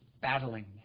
battling